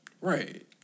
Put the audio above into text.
Right